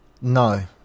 No